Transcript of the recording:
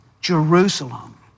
Jerusalem